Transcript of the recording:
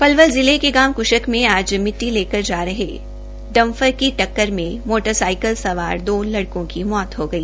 पलवल जिले के गांव कूशक में आज मिट्टी लेकर जा रहे डफर की टक्कर में मोटरसाईकल सवार दो लडकों की मौत हो गई